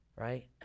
right